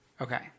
Okay